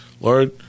Lord